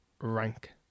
rank